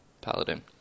Paladin